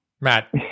Matt